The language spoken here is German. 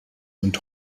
und